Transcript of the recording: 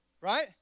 right